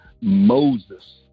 Moses